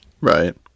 Right